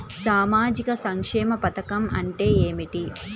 సామాజిక సంక్షేమ పథకం అంటే ఏమిటి?